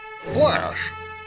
Flash